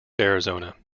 arizona